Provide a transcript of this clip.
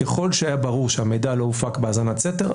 ככל שהיה ברור שהמידע לא הופק בהאזנת סתר,